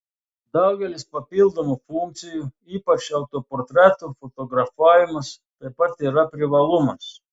daugelis papildomų funkcijų ypač autoportretų fotografavimas taip pat yra privalumas